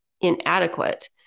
inadequate